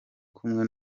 kumwe